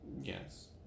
Yes